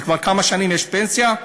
כבר כמה שנים יש פנסיה,